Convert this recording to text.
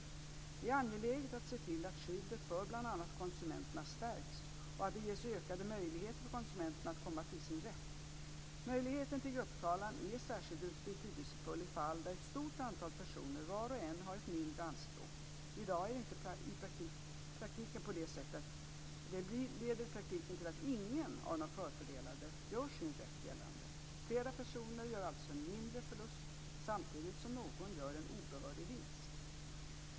Det är angeläget att se till att skyddet för bl.a. konsumenterna stärks och att det ges ökade möjligheter för konsumenter att komma till sin rätt. Möjligheten till grupptalan är särskilt betydelsefull i fall där ett stort antal personer var och en har ett mindre anspråk. I dag leder det i praktiken till att ingen av de förfördelade gör sin rätt gällande. Flera personer gör alltså en mindre förlust samtidigt som någon gör en obehörig vinst.